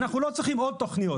אנחנו לא צריכים עוד תוכניות.